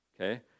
Okay